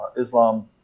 Islam